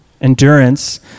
endurance